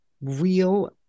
real